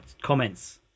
comments